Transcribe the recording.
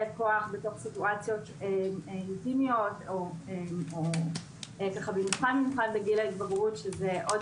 כוח בתוך סיטואציות לגיטימיות ובמיוחד בגיל ההתבגרות שזה עוד